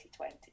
2020